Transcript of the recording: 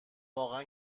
واقعا